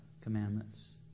commandments